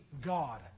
God